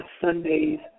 Sunday's